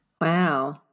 Wow